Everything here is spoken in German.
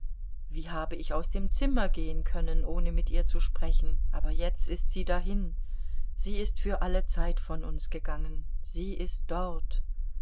wie habe ich aus dem zimmer gehen können ohne mit ihr zu sprechen aber jetzt ist sie dahin sie ist für allezeit von uns gegangen sie ist dort